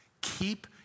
Keep